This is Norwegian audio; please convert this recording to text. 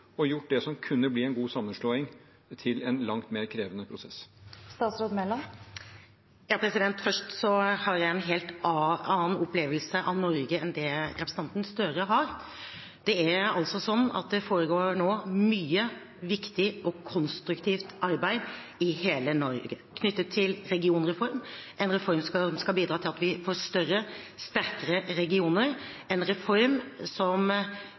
og gjort det som kunne blitt en god sammenslåing, til en langt mer krevende prosess? For det første har jeg en helt annen opplevelse av Norge enn det representanten Gahr Støre har. Det foregår nå mye viktig og konstruktivt arbeid i hele Norge knyttet til regionreformen – en reform som skal bidra til at vi får større og sterkere regioner, en reform som